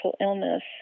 illness